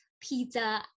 pizza